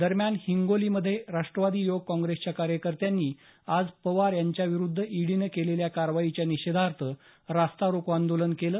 दरम्यान हिंगोलीमध्ये राष्ट्रवादी युवक काँग्रेसच्या कार्यकर्त्यांनी आज पवार यांच्याविरुद्ध ईडीनं केलेल्या कारवाईच्या निषेधार्थ रास्ता रोको आंदोलन केलं